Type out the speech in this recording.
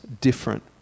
different